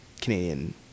Canadian